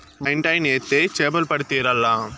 మా ఇంటాయన వల ఏత్తే చేపలు పడి తీరాల్ల